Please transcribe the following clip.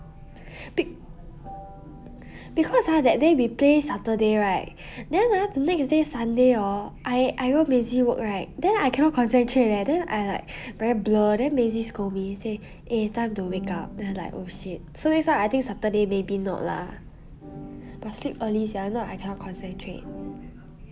be~ because ah that day we play saturday right then ah next day sunday hor I I go maisie work right then I cannot concentrate leh then I like very blur then maisie scold me say eh time to wake up then I was like oh shit so next time I think saturday may be not lah must sleep early sia if not I cannot concentrate